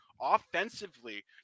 offensively